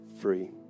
free